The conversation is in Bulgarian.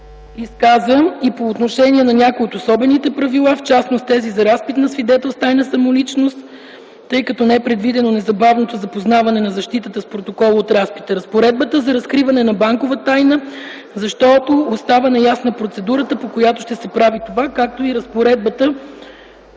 изказа и по отношение на някои от особените правила, в частност тези за разпит на свидетел с тайна самоличност, тъй като не е предвидено незабавното запознаване на защитата с протокола от разпита; разпоредбата за разкриване на банкова тайна, защото остава неясна процедурата, по която ще се прави това, както и разпоредбата,